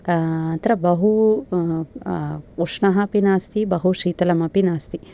अत्र बहु उष्णम् अपि नास्ति बहु शीतलम् अपि नास्ति